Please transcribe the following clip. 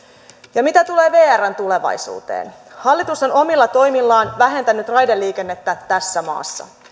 mitä tulee vrn tulevaisuuteen hallitus on omilla toimillaan vähentänyt raideliikennettä tässä maassa